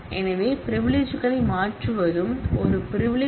எனவே பிரிவிலிஜ்களை மாற்றுவதும் ஒரு பிரிவிலிஜ்